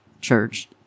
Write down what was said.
Church